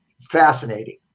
fascinating